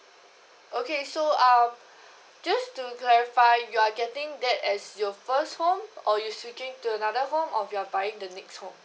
okay so uh just to clarify you are getting that as your first home or you switching to another home or you are buying the next home